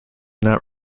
not